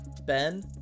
Ben